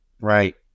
Right